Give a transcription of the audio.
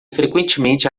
frequentemente